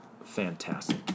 fantastic